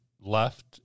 left